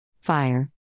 Fire